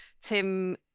tim